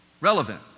Relevant